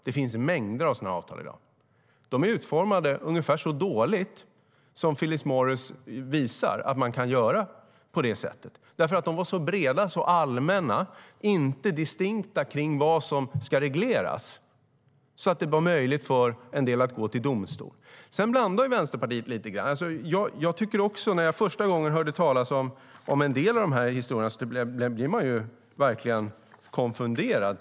Det finns mängder av sådana avtal i dag. De är utformade ungefär så dåligt som exemplet Philip Morris visar. De var så breda och allmänna, inte distinkta med vad som skulle regleras så att det var möjligt för en del att gå till domstol. När jag första gången hörde talas om en del av de här historierna blev jag verkligen konfunderad.